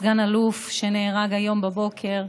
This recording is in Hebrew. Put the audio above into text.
הסגן אלוף שנהרג היום בבוקר.